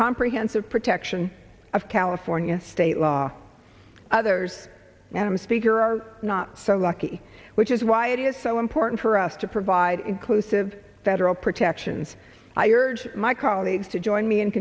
comprehensive protection of california state law others and i'm speaker are not so lucky which is why it is so important for us to provide inclusive federal protections i urge my colleagues to join me